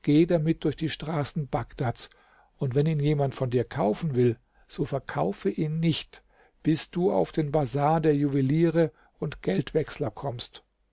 geh damit durch die straßen bagdads und wenn ihn jemand von dir kaufen will so verkaufe ihn nicht bis du auf den bazar der juweliere und geldwechsler kommst